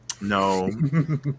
No